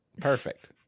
Perfect